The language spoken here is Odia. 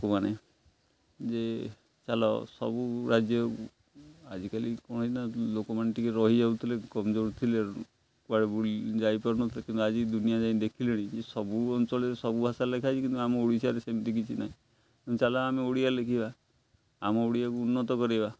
ଲୋକମାନେ ଯେ ଚାଲ ସବୁ ରାଜ୍ୟ ଆଜିକାଲି କ'ଣ ହେଇ ନା ଲୋକମାନେ ଟିକେ ରହିଯାଉ ଥିଲେ କମଜୋର ଥିଲେ କୁଆଡ଼େ ଯାଇପାରୁ ନ ଥିଲେ କିନ୍ତୁ ଆଜି ଦୁନିଆ ଯାଇ ଦେଖିଲେଣି ଯେ ସବୁ ଅଞ୍ଚଳରେ ସବୁ ଭାଷା ଲେଖା ହେଇଛି କିନ୍ତୁ ଆମ ଓଡ଼ିଶାରେ ସେମିତି କିଛି ନାହିଁ ଚାଲ ଆମେ ଓଡ଼ିଆ ଲେଖିବା ଆମ ଓଡ଼ିଆକୁ ଉନ୍ନତ କରିବା